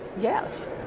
Yes